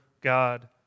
God